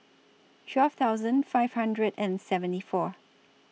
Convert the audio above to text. twelve thousand five hundred and seventy four